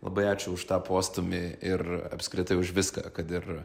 labai ačiū už tą postūmį ir apskritai už viską kad ir